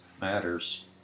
matters